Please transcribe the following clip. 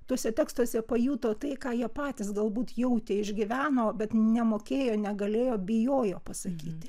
tuose tekstuose pajuto tai ką jie patys galbūt jautė išgyveno bet nemokėjo negalėjo bijojo pasakyti